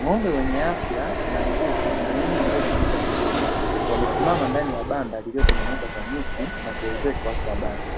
Ng'ombe wenye afya na nguvu na miili iliyojengeka vizuri, wamesimama ndani ya banda liliotengenezwa kwa miti na kuezekwa kwa bati,